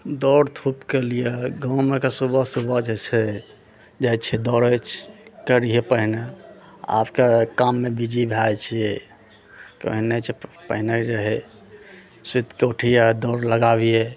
दौड़ धूपके लिए गाँवमे का सुबह सुबह जे छै जाइ छै दौड़े छै रहियै पहिने आब कए काममे बिजी भऽ जाइ छियै कहै नहि छै पहिने जे रहै सुति कऽ उठियै आओर दौड़ लगाबियै